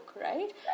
right